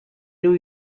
new